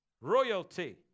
Royalty